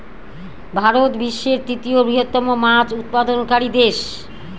ভারত বিশ্বের তৃতীয় বৃহত্তম মাছ উৎপাদনকারী দেশ